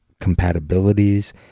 compatibilities